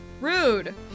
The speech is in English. Rude